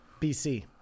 BC